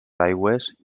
aigües